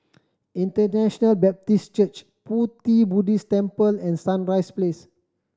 International Baptist Church Pu Ti Buddhist Temple and Sunrise Place